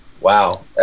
Wow